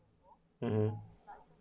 um um